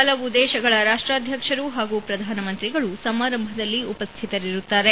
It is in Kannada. ಹಲವು ದೇಶಗಳ ರಾಷ್ಟಾಧ್ಯಕ್ಷರು ಹಾಗೂ ಪ್ರಧಾನಮಂತ್ರಿಗಳು ಸಮಾರಂಭದಲ್ಲಿ ಉಪಸ್ಥಿತರಿರುತ್ತಾರೆ